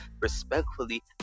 respectfully